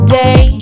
day